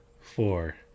four